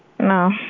no